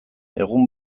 egun